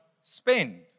spend